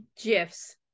gifs